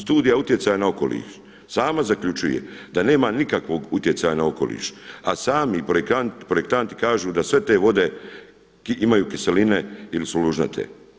Studija utjecaja na okoliš sama zaključuje da nema nikakvog utjecaja na okoliš, a sami projektanti kažu da sve te vode imaju kiseline ili su lužnate.